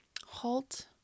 halt